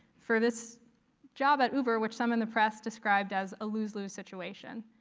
for this job at uber. which some of the press described as a lose-lose situation.